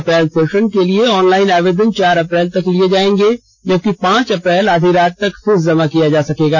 अप्रैल session के लिए online आवेदन चार अप्रैल तक लिये जाएंगे जबकि पांच अप्रैल आधी रात तक फीस जमा किया जा सकेगा